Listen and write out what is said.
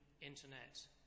internet